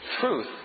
truth